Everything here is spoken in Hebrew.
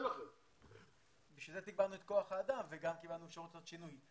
לכן תגברנו את כוח האדם וגם קיבלנו אפשרות לעשות שינוי.